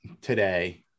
today